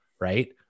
right